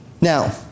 Now